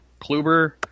Kluber